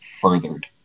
furthered